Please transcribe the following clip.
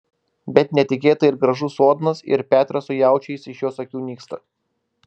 bet netikėtai ir gražus sodnas ir petras su jaučiais iš jos akių nyksta